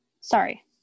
Sorry